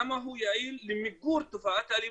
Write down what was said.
כמה הוא יעיל למיגור תופעת האלימות,